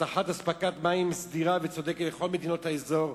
הבטחת הספקת מים סדירה וצודקת לכל מדינות האזור,